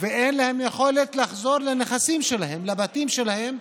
ושאין להם יכולת לחזור לנכסים שלהם, לבתים שלהם,